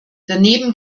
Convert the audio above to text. daneben